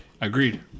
agreed